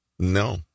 No